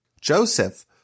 Joseph